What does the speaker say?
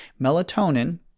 melatonin